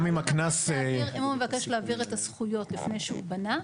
אם הוא מבקש להעביר את הזכויות לפני שהוא בנה,